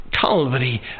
Calvary